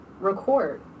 record